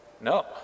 No